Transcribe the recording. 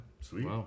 sweet